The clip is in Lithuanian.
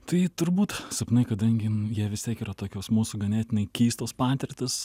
tai turbūt sapnai kadangi jie vis tiek yra tokios mūsų ganėtinai keistos patirtys